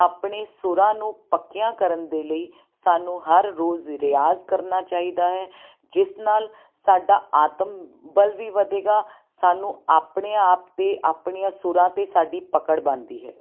ਆਪਣੇ ਸੁਰਾਂ ਨੂੰ ਪੱਕਿਆਂ ਕਰਨ ਦੇ ਲਈ ਸਾਨੂੰ ਹਰ ਰੋਜ਼ ਰਿਆਜ਼ ਕਰਨਾ ਚਾਹੀਦਾ ਹੈ ਜਿਸ ਨਾਲ ਸਾਡਾ ਆਤਮ ਬਲ ਵੀ ਵਧੇਗਾ ਸਾਨੂੰ ਆਪਣੇ ਆਪ 'ਤੇ ਆਪਣੀਆਂ ਸੁਰਾਂ 'ਤੇ ਸਾਡੀ ਪਕੜ ਬਣਦੀ ਹੈ